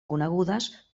conegudes